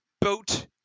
boat